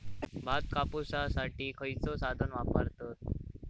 भात कापुसाठी खैयचो साधन वापरतत?